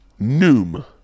Noom